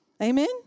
amen